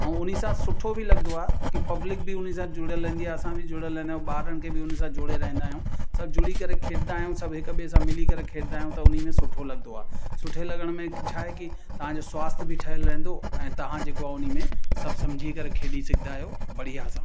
ऐं उन सां सुठो बि लॻंदो आहे की पब्लिक बि उन सां जुड़े हलंदी आहे असां बि जुड़ियल आहियूं ॿारनि खे उन सां जोड़े रहंदा आहियूं सभु जुड़ी करे खेॾंदा आहियूं सभु हिक ॿिए सां मिली करे खेॾंदा आहियूं त उन में सुठो लॻंदो आहे सुठे लॻण में छा आहे कि तव्हांजो स्वास्थ्य बि ठहियलु रहंदो ऐं तव्हां जेको आहे उन में सभु सम्झी करे खेॾी सघंदा आहियो बढ़िया सां